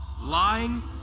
lying